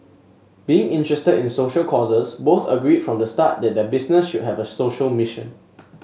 being interested in social causes both agreed from the start that their business should have a social mission